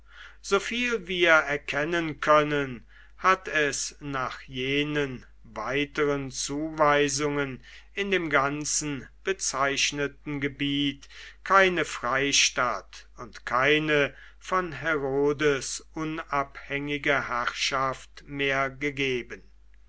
hermongebirge soviel wir erkennen können hat es nach jenen weiteren zuweisungen in dem ganzen bezeichneten gebiet keine freistadt und keine von herodes unabhängige herrschaft mehr gegeben